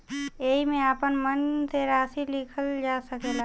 एईमे आपन मन से राशि लिखल जा सकेला